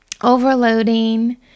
overloading